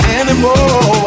anymore